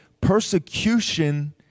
persecution